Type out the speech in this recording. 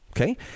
Okay